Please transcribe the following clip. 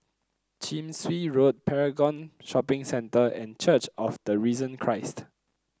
Chin Swee Road Paragon Shopping Centre and Church of the Risen Christ